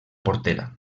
portera